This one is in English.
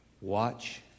watch